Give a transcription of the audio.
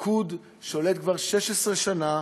הליכוד שולט כבר 16 שנה,